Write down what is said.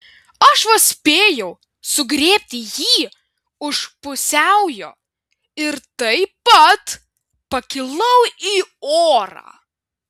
aš vos spėjau sugriebti jį už pusiaujo ir taip pat pakilau į orą